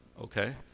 okay